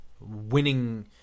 winning